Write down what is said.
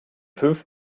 fünf